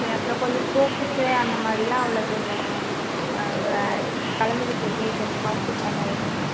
சரி அப்புறம் கொஞ்சம் ஸ்போர்ட்ஸ்ஸு அந்த மாரிலாம் அவளை கொஞ்சம் இது கலந்துக்க சொல்லி கொஞ்சம் பார்ட்டிசிபேட் பண்ண வைங்க மேம்